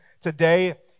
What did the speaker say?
today